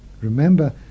Remember